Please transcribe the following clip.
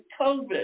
COVID